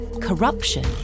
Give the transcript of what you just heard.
corruption